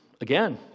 again